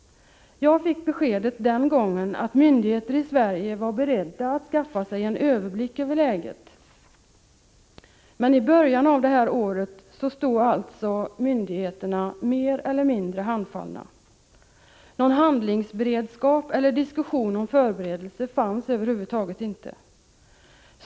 Jag fick den gången beskedet att myndigheterna i Sverige var beredda att skaffa sig en överblick över läget, men i början av året stod alltså dessa myndigheter mer eller mindre handfallna. Någon handlingsberedskap eller diskussion om förberedelse fanns över huvud taget inte.